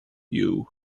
you